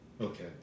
Okay